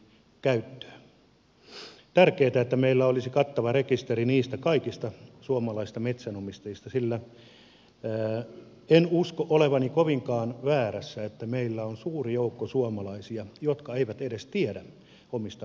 on tärkeätä että meillä olisi kattava rekisteri kaikista suomalaisista metsänomistajista sillä en usko olevani kovinkaan väärässä siinä että meillä on suuri joukko suomalaisia jotka eivät edes tiedä omistavansa metsää